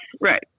Right